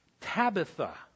Tabitha